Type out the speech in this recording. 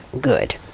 good